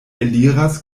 eliras